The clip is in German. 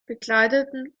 bekleideten